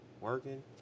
working